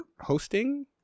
hosting